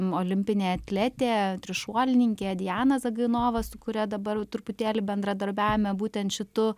olimpinė atletė trišuolininkė diana zagainova su kuria dabar truputėlį bendradarbiavome būtent šitu